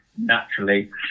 naturally